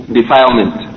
defilement